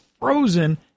frozen